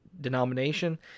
denomination